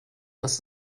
dass